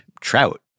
Trout